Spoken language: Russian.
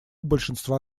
большинства